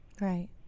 right